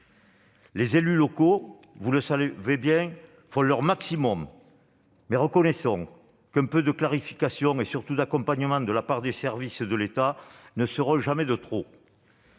Les élus locaux, on le sait bien, font leur maximum, mais reconnaissons qu'un peu de clarification et surtout d'accompagnement de la part des services de l'État ne seront jamais de trop.